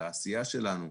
על העשייה שלנו.